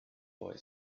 boy